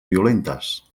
violentes